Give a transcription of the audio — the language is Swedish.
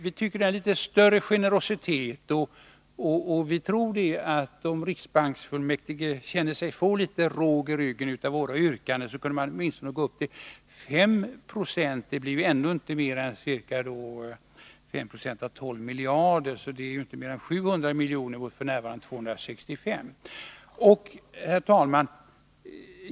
Vi tror att om riksbanksfullmäktige får litet råg i ryggen av våra yrkanden kan man gå upp till åtminstone 5 96. Det blir ändå inte mer än 700 milj.kr., mot f. n. 265 milj.kr.